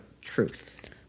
truth